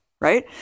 right